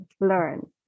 learn